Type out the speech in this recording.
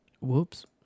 Whoops